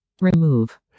remove